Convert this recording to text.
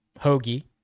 Hoagie